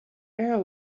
arrow